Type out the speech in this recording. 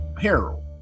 Harold